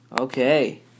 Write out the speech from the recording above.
okay